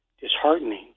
disheartening